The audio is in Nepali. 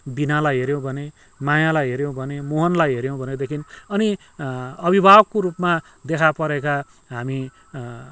वीणालाई हेऱ्यौँ भने मायालाई हेऱ्यौँ भने मोहनलाई हेऱ्यौँ भनेदेखि अनि अभिभावकको रूपमा देखापरेका हामी